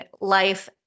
life